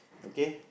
okay